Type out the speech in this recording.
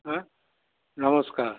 ହେଁ ନମସ୍କାର